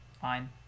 fine